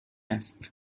است